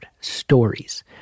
STORIES